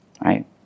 right